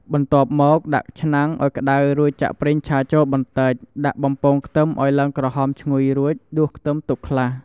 បន្ទាប់មកដាក់ឆ្នាំងឱ្យក្តៅរួចចាក់ប្រេងឆាចូលបន្តិចដាក់បំពងខ្ទឹមឱ្យឡើងក្រហមឈ្ងុយរួច ដួសខ្ទឹមទុកខ្លះ។